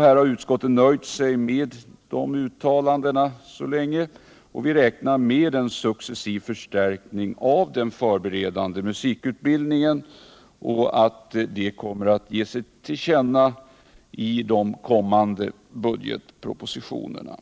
Här har utskottet nöjt sig med de uttalandena så länge, eftersom vi räknar med att det blir en successiv förstärkning av den förberedande musikutbildningen och att detta kommer att ges till känna i de kommande budgetpropositionerna.